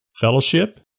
fellowship